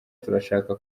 turashaka